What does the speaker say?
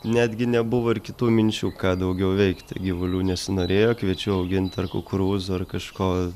netgi nebuvo ir kitų minčių ką daugiau veikti gyvulių nesinorėjo kviečių augint ar kukurūzų ar kažko